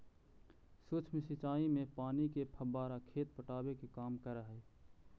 सूक्ष्म सिंचाई में पानी के फव्वारा खेत पटावे के काम करऽ हइ